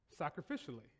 sacrificially